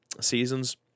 seasons